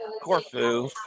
Corfu